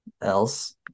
else